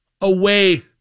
away